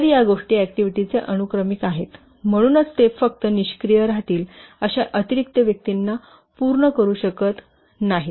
तर या गोष्टी ऍक्टिव्हिटी चे अनुक्रमिक आहेत म्हणूनच ते फक्त निष्क्रिय राहतील अशा अतिरिक्त व्यक्तींना पूर्ण करू शकत नाहीत